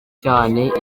cyane